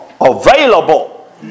available